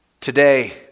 today